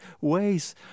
ways